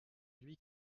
lui